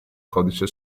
codice